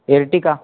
Ertiga